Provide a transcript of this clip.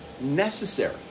necessary